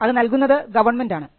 അത് നൽകുന്നത് ഗവൺമെൻറ് ആണ്